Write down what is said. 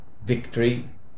victory